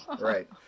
right